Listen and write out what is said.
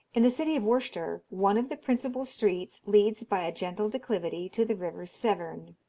in the city of worcester, one of the principal streets leads by a gentle declivity to the river severn.